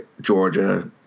Georgia